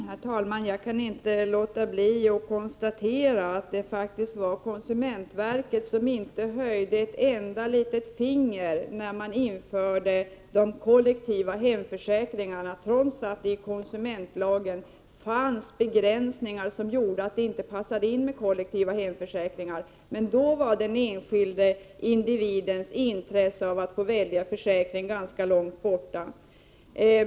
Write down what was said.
Herr talman! Jag kan inte låta bli att konstatera att konsumentverket inte höjde ett endalitet finger när de kollektiva hemförsäkringarna infördes, trots att det i konsumentlagen finns begränsningar som gjorde att det inte passade in med kollektiva hemförsäkringar. Men då var den enskilda individens intresse av att få välja försäkring ganska långt borta.